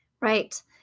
Right